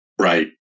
Right